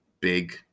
big